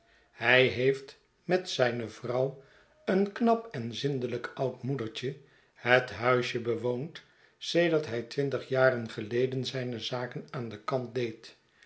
hij heeft met zijne vrouw een knap en zindelijk oud moedertje het huisje bewoond sedert hij twintig jaren geleden zijne zaken aan den kant deed